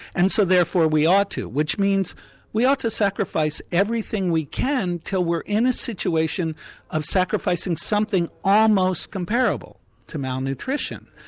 and so therefore we ought to, which means we ought to sacrifice everything we can till we're in a situation of sacrificing something almost comparable to malnutrition.